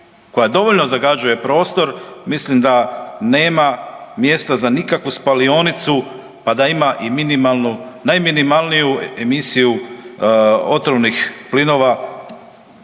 koja dovoljno zagađuje prostor, mislim da nema mjesta za nikakvu spalionicu, pa da ima minimalnu najminimalniju emisiju otrovnih plinova